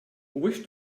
wish